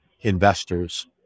investors